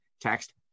Text